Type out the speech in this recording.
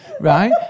right